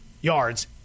yards